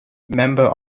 member